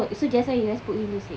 oh so just now you guys put him to sleep